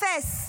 אפס,